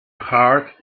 heart